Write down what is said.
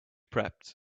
prepped